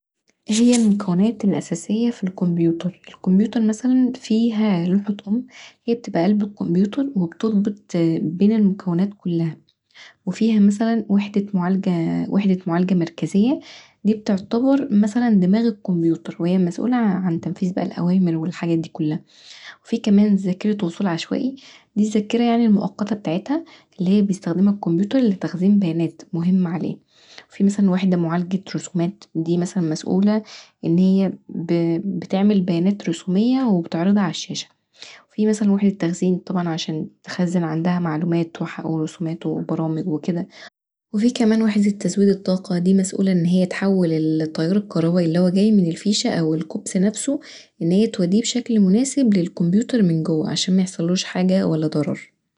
إيه هي المكونات الأساسية للكمبيوتر؟ الكمبيوتر مثلا فيها لوحة أم هي بتبقي قلب الكمبيوتر وبتربط بين المكونات كلها، وفيها مثلا وحدة معالجه مركزيه دي تعتبر دماغ الكمبيوتر وهي مسؤله بقي عن تنفيذ الأوامر والحاجات دي كلها وفيه كمان ذاكرة وصول عشوائي دي ذاكرة يعني المؤقته بتاعتها اللي هي بيستخدمها الكمبيوتر لتخزين بيانات مهمة وفيه مثلا وحده معالجة رسومات دي مثلا مسؤله ان هي بتعمل بيانات رسومية وبتعرضها علي الشاشة وفيه مثلا وحده تخزين، طبعا عشان تخزن عندها معلومات ورسومات وبرامج وكدا فيت كمان وحده تزويد الطاقه دي مسؤله ان هي تحول التيار الكهربائي اللي هو جاي من الفيشه أو الكوبس نفسه ان هي توديه بشكل مناسب للكمبيوتر من جوا عشان ميحصلوش حاجه ولا ضرر